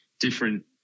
different